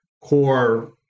core